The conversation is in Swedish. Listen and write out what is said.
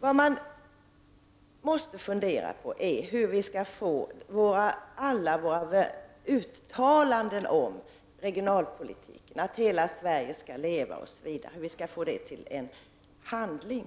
Vi måste fundera på hur vi skall få alla våra uttalanden om regionalpolitiken, om att Hela Sverige skall leva osv., att bli till handling.